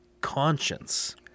conscience